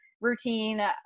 routine